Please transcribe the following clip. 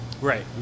Right